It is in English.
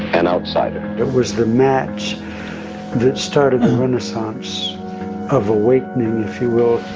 an outsider it was the match that started the renaissance of awakening, if you will.